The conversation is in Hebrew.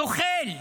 זוחל.